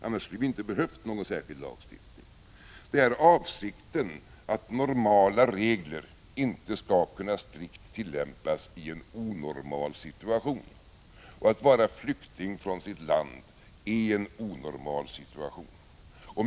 Annars skulle vi inte ha behövt någon särskild lagstiftning. Avsikten är att normala regler inte strikt skall kunna tillämpas i en onormal situation. Och att vara flykting från sitt land är en onormal situation.